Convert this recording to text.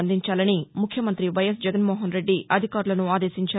అందించాలని ముఖ్యమంతి వైఎస్ జగన్మోహన్ రెడ్డి అధికారులను ఆదేశించారు